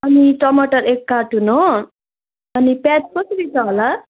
अनि टमाटर एक कार्टुन हो अनि प्याज कसरी छ होला